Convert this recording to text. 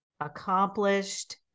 accomplished